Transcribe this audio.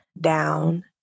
down